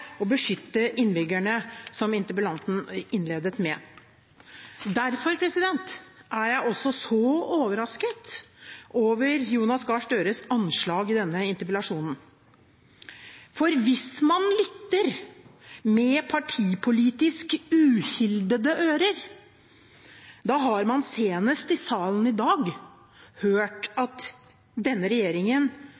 jeg også så overrasket over Jonas Gahr Støres anslag i denne interpellasjonen, for hvis man lytter med partipolitisk uhildede ører, har man – senest i salen i dag – hørt